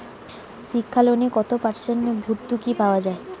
শিক্ষা লোনে কত পার্সেন্ট ভূর্তুকি পাওয়া য়ায়?